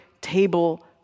table